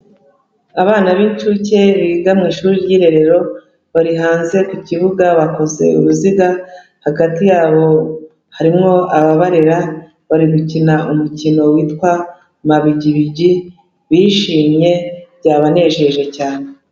Abana b'incuke biga mu ishuri ry'irerero, bari hanze ku kibuga bakoze uruziga, hagati yabo harimo ababarera, bari gukina umukino witwa mabigibigi, bishimye, byabanejeje cyane.